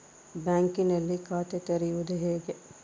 ಬ್ಯಾಂಕಿನಲ್ಲಿ ಖಾತೆ ತೆರೆಯುವುದು ಹೇಗೆ?